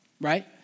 right